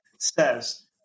Says